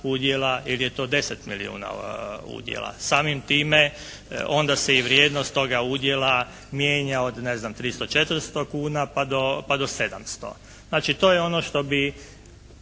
ili je to 10 milijuna udjela. Samim time onda se i vrijednost toga udjela mijenja od ne znam 300, 400 kuna pa do 700. Znači to je ono što bi